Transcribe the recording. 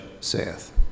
saith